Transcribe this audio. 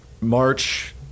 March